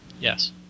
Yes